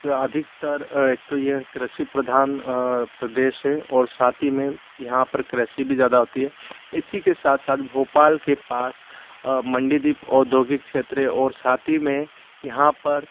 अधिकतर एक तो यह कृषि प्रधान प्रदेश है और साथ ही में यहाँ पर कृषि भी ज़्यादा होती हे इसी के साथ साथ भोपाल के पास मंडीदीप ओद्योगिक क्षेत्र है और साथ ही में यहाँ पर